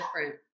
different